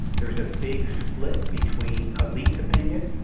there is a big split between elite opinion,